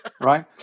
Right